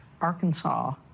Arkansas